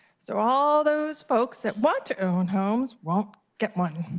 so, all those folks that want to own homes won't get one.